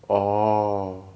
orh